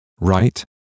right